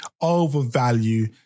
overvalue